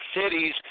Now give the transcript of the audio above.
cities